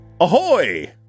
Ahoy